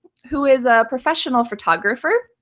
who is a professional photographer,